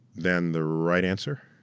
than the right answer